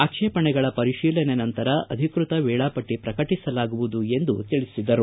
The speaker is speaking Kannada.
ಆಕ್ಷೇಪಣೆಗಳ ಪರಿಶೀಲನೆ ನಂತರ ಅಧಿಕೃತ ವೇಳಾಪಟ್ಷಿ ಪ್ರಕಟಿಸಲಾಗುವುದು ಎಂದು ತಿಳಿಸಿದರು